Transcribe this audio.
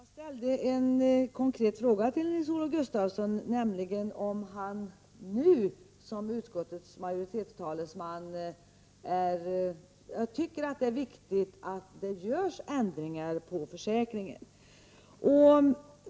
Herr talman! Jag ställde en konkret fråga till Nils-Olof Gustafsson, nämligen om han nu som utskottets majoritetstalesman tycker att det är riktigt att det görs ändringar i försäkringen.